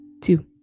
two